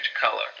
color